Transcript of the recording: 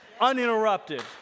Uninterrupted